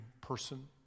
person